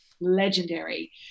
legendary